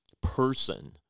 person